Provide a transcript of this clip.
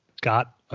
got